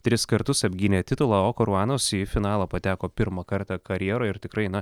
tris kartus apgynė titulą o karuanas į finalą pateko pirmą kartą karjeroje ir tikrai na